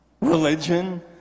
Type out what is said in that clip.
religion